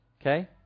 Okay